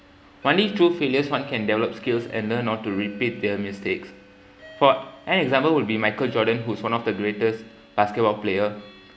running through failures one can develop skills and learn not to repeat their mistakes for an example will be jordan who's one of the greatest basketball player